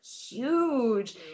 huge